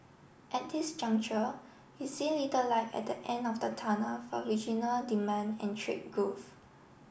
at this juncture we see little light at the end of the tunnel for regional demand and trade growth